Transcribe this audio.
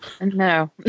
No